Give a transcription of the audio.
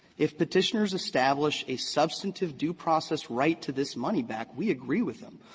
if petitioners establish a substantive due-process right to this money back, we agree with them.